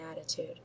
attitude